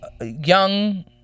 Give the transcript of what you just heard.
young